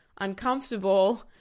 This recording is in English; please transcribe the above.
uncomfortable